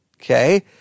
Okay